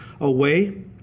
away